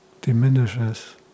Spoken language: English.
diminishes